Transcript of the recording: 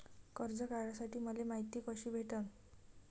कर्ज काढासाठी मले मायती कशी भेटन?